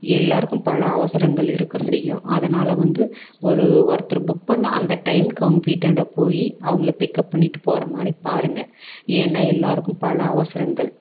எல்லோருக்கும் பல அவசரங்கள் இருக்கற செய்யும் அதனால் வந்து ஒரு ஒருத்தர் புக் பண்ணால் அந்த டைமுக்கு அவங்க வீட்டாண்ட போய் அவங்கள பிக்கப் பண்ணிகிட்டு போகிற மாதிரி பாருங்க ஏன்னால் எல்லோருக்கும் பல அவசரங்கள்